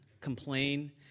complain